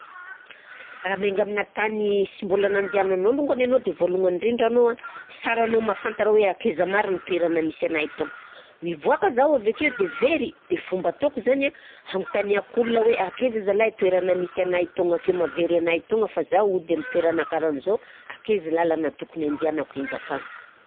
Raha miainga amina tany sy mbôla nandianan'ol lôngany alôha de vôlôgnany ndrindra alôha sara anao mahafantatra hoe akaiza marigny toeragna misy anahy tô. Mivoaka zah avekeo de very de fomba ataoko zainy a: hagnontaniako olona hoe akaiza zalah toeragna misy anahy tôgna toeragna mahavery anahy tôgna fa zaho hody amin'ny toeragna karahan'zô, akaiza làlagna tokony andeanako iaingako agny?